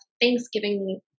Thanksgiving